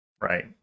Right